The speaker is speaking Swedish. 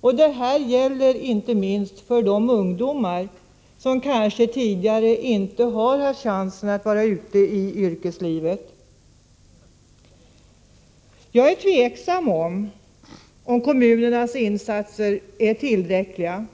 Detta gäller inte minst för de ungdomar som kanske tidigare inte har haft chansen att vara ute i yrkeslivet. 135 Jag är tveksam till om kommunernas insatser är tillräckliga.